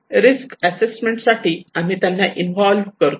risk assessment साठी आम्ही त्यांना इन्व्हॉल्व्ह करतो